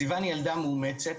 סיוון היא ילדה מאומצת,